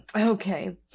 Okay